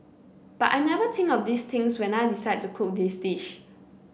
but I never think of these things when I decide to cook this dish